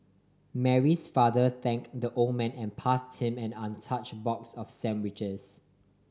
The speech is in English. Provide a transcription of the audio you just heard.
Mary's father thanked the old man and passed him an untouch box of sandwiches